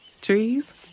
Trees